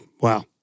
Wow